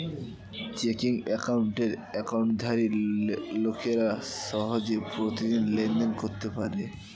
checking অ্যাকাউন্টের অ্যাকাউন্টধারী লোকেরা সহজে প্রতিদিন লেনদেন করতে পারে